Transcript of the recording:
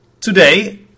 today